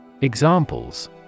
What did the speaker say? Examples